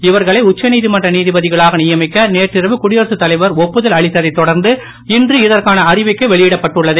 இவர்களை உச்ச நீதிமன்ற நீதிபதிகளாக நியமிக்க நேற்றிரவு குடியரசுத் தலைவர் ஒப்புதல் அளித்ததைத் தொடர்ந்து இன்று இதற்கான அறிவிக்கை வெளியிடப்பட்டுள்ளது